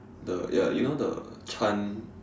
the ya you know the Chan